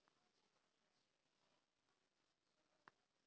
सरसों लगावे लगी कौन से बीज ठीक होव हई?